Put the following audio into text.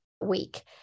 week